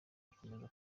akomeza